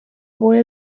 boy